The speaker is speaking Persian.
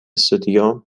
سدیم